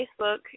Facebook